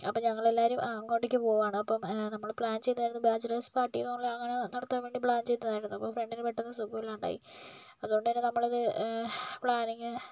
അപ്പം ഞങ്ങളെല്ലാവരും ആ അങ്ങോട്ടേക്ക് പോകുവാണ് അപ്പം നമ്മള് പ്ലാൻ ചെയ്തായിരുന്ന ബാച്ച്ലേർസ് പാർട്ടി എന്ന് പറഞ്ഞാൽ അങ്ങനെ നടത്താൻ വേണ്ടി പ്ലാൻ ചെയ്തതായിരുന്നു അപ്പോൾ ഫ്രണ്ടിന് പെട്ടെന്ന് സുഖമില്ലാണ്ടായി അതുകൊണ്ട് തന്നെ നമ്മളത് പ്ലാനിങ്